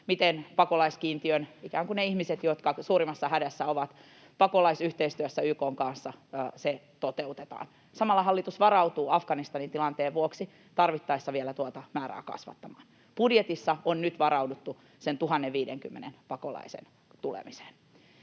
miten pakolaiskiintiö — ikään kuin ne ihmiset, jotka ovat suurimmassa hädässä — toteutetaan pakolaisyhteistyössä YK:n kanssa. Samalla hallitus varautuu Afganistanin tilanteen vuoksi tarvittaessa tuota määrää vielä kasvattamaan. Budjetissa on nyt varauduttu niiden 1 050 pakolaisen tulemiseen.